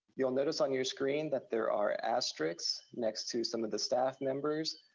you'll notice on your screen that there are asterisks next to some of the staff members.